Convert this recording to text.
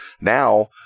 Now